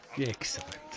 Excellent